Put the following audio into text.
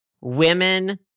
women